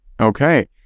Okay